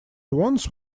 once